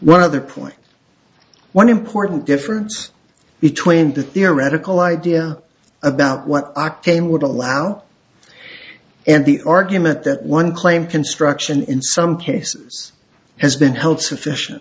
one other point one important difference between the theoretical idea about what octane would allow and the argument that one claim construction in some cases has been held sufficient